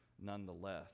nonetheless